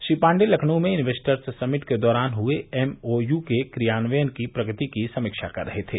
श्री पाण्डेय लखनऊ में investors summit के दौरान हुए एमओयू के क्रियान्वयन की प्रगति की समीक्षा कर रहे थे